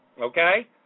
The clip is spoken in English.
okay